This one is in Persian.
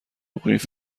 قیف